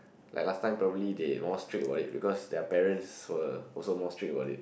like last time probably they more strict about it because their parents were also more strict about it